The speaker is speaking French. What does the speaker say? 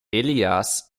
elias